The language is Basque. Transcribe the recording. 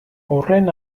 horren